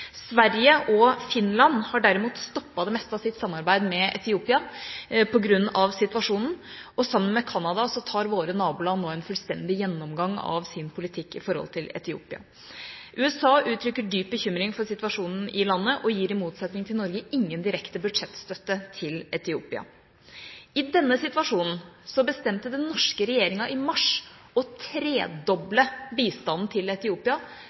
Sverige og Finland har derimot stoppet det meste av sitt samarbeid med Etiopia på grunn av situasjonen. Sammen med Canada tar nå våre naboland en fullstendig gjennomgang av sin politikk når det gjelder Etiopia. USA uttrykker dyp bekymring for situasjonen i landet og gir i motsetning til Norge ingen direkte budsjettstøtte til Etiopia. I denne situasjonen bestemte den norske regjeringen i mars å tredoble bistanden til Etiopia,